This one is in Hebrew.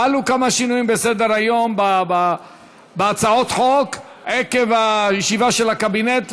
חלו כמה שינויים בהצעות החוק עקב ישיבת הקבינט,